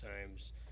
times